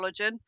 collagen